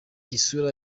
isura